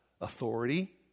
Authority